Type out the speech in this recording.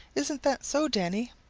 isn't that so, danny?